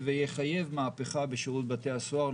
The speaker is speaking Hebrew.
ומחייב ויחייב מהפכה בשירות בתי הסוהר,